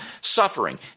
suffering